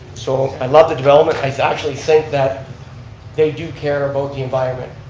so i love the development, i actually think that they do care about the environment,